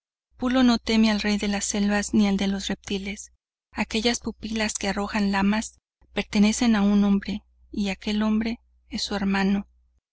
pulo no teme al rey de las selvas ni al de los reptiles aquellas pupilas que arrojan lamas pertenecen a un hombre y aquel hombre es su hermano